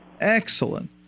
Excellent